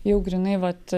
jau grynai vat